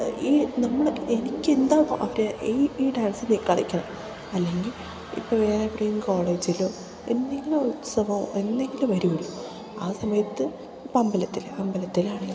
ഈ നമ്മൾ എനിക്ക് എന്താണ് അവർ ഈ ഈ ഡാൻസ് നീ കളിക്കണം അല്ലെങ്കിൽ ഇപ്പം വേറെ എവിടേ കോളേജിലോ എന്തെങ്കിലും ഉത്സവമോ എന്തെങ്കിലും വരുമല്ലോ ആ സമയത്ത് ഇപ്പം അമ്പലത്തിൽ അമ്പലത്തിലാണെങ്കിൽ